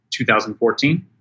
2014